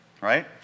right